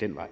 den vej.